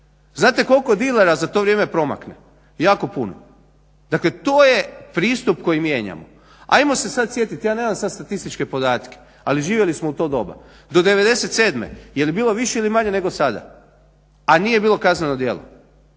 Znate koliko dilera za to vrijeme promakne? Jako puno. Dakle to je pristup koji mijenjamo. Ajmo se sad sjetiti, ja nemam sad statističke podatke, ali živjeli smo u to doba, do '97., je li bilo više ili manje nego sada? A nije bilo kazneno djelo.